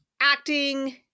acting